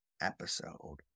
episode